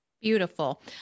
Beautiful